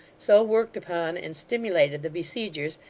so worked upon and stimulated the besiegers,